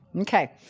Okay